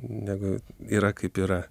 negu yra kaip yra